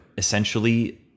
essentially